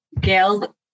gail